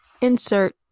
Insert